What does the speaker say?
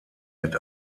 mit